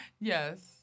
Yes